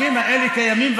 השטחים האלה קיימים,